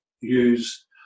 use